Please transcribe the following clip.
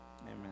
Amen